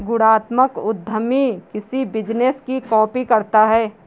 गुणात्मक उद्यमी किसी बिजनेस की कॉपी करता है